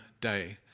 day